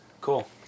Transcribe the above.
cool